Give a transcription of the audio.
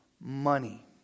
money